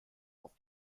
auf